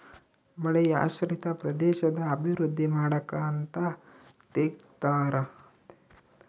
ಮಳೆಯಾಶ್ರಿತ ಪ್ರದೇಶದ ಅಭಿವೃದ್ಧಿ ಮಾಡಕ ಅಂತ ತೆಗ್ದಾರ